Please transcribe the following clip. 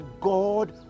God